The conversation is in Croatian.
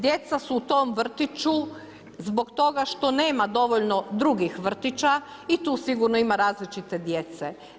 Djeca su u tom vrtiću zbog toga što nema dovoljno drugih vrtića i tu sigurno ima različite djece.